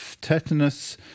tetanus